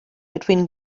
between